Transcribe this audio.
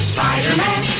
Spider-Man